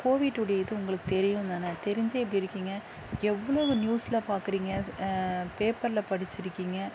கோவிட்டுடைய இது உங்களுக்கு தெரியும்தான தெரிஞ்சே இப்படி இருக்கீங்க எவ்வளோவு நியூஸ்சில் பார்க்கறீங்க பேப்பரில் படிச்சுருக்கீங்க